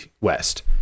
west